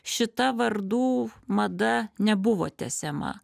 šita vardų mada nebuvo tęsiama